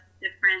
different